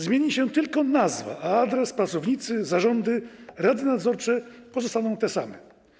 Zmieni się tylko nazwa, a adres, pracownicy, zarządy, rady nadzorcze pozostaną te same.